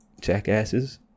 jackasses